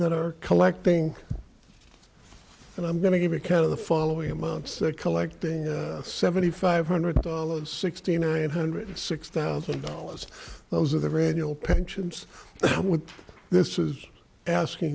that are collecting and i'm going to give account of the following months they're collecting seventy five hundred dollars sixty nine hundred six thousand dollars those are the renewal pensions with this is asking